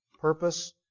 purpose